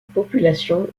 population